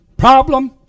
problem